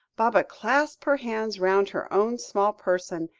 baba clasped her hands round her own small person,